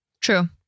True